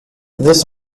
this